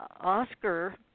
Oscar